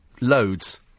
Loads